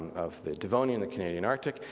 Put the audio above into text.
of the devonian the canadian arctic.